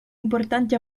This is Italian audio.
importanti